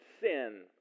sin